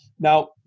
Now